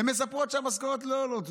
הן מספרות שהמשכורות לא עולות.